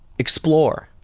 explore.